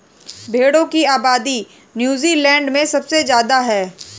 भेड़ों की आबादी नूज़ीलैण्ड में सबसे ज्यादा है